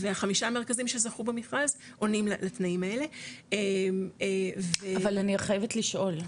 והחמישה המרכזים שזכו במכרז עונים לתנאים האלה -- אבל אני חייבת לשאול,